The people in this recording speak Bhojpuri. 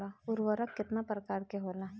उर्वरक केतना प्रकार के होला?